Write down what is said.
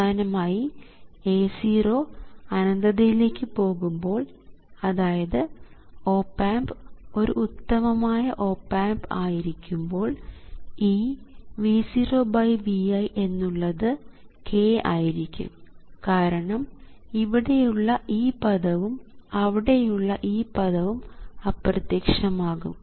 അവസാനമായി A0 അനന്തതയിലേക്ക് പോകുമ്പോൾ അതായത് ഓപ് ആമ്പ് ഒരു ഉത്തമമായ ഓപ് ആമ്പ് ആയിരിക്കുമ്പോൾ ഈ V0Vi എന്നുള്ളത് k ആയിരിക്കും കാരണം ഇവിടെയുള്ള ഈ പദവും അവിടെയുള്ള ഈ പദവും അപ്രത്യക്ഷമാകും